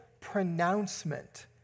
pronouncement